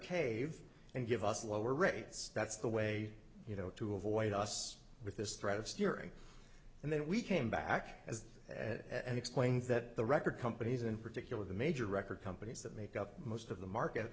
cave and give us lower rates that's the way you know to avoid us with this threat of steering and then we came back as and explains that the record companies in particular the major record companies that make up most of the market